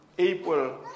April